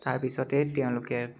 তাৰপিছতে তেওঁলোকে